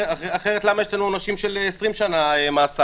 אחרת למה יש לנו עונשים של 20 שנה מאסר.